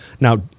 Now